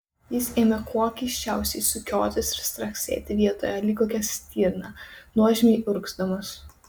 jis ėmė kuo keisčiausiai sukiotis ir straksėti vietoje lyg kokia stirna nuožmiai urgzdamas